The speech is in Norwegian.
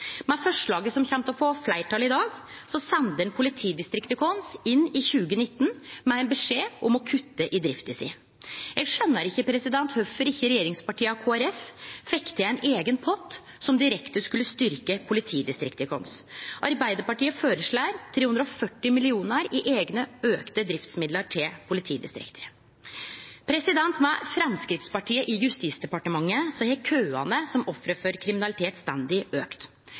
Med forslaget som kjem til å få fleirtal i dag, sender ein politidistrikta våre inn i 2019 med beskjed om å kutte i drifta. Eg skjønar ikkje kvifor ikkje regjeringspartia og Kristeleg Folkeparti fekk til ein eigen pott som direkte skulle styrkje politidistrikta våre. Arbeidarpartiet føreslår 340 mill. kr i eigne auka driftsmidlar til politidistrikta. Med Framstegspartiet i Justisdepartementet har køane som offer for kriminalitet